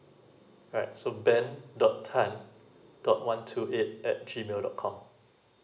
right so ben dot tan dot one two eight at G mail dot com